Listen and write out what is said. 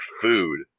food